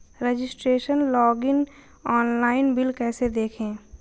Registration login online bill कैसे देखें?